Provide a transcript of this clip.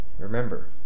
Remember